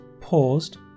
paused